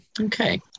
Okay